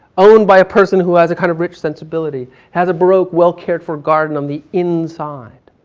owned by a person who has a kind of rich sensibility. has a broke, well cared for garden on the inside.